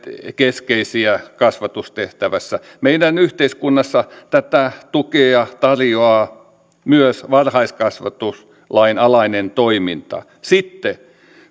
keskeisiä kasvatustehtävässä meidän yhteiskunnassamme tätä tukea tarjoaa myös varhaiskasvatuslain alainen toiminta sitten